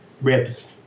ribs